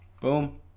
Boom